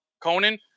Conan